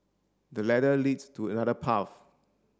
the ladder leads to another path